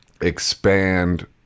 expand